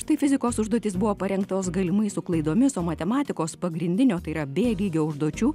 štai fizikos užduotys buvo parengtos galimai su klaidomis o matematikos pagrindinio tai yra bė lygio užduočių